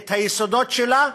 את היסודות שלה,